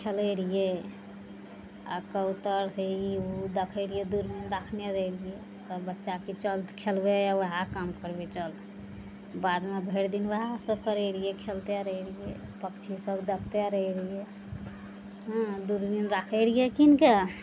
खेलय रहियइ आओर कबूतरसँ ई उ देखय रहियइ दूरबीन राखने रहियइ सब बच्चाके चलत खेलबइ वएह काम करबय चल बादमे भरि दिन वएह सब करय रहियइ खेलते रहय रहियइ पक्षी सब देखते रहय रहियइ दूरबीन राखय रहियइ किनके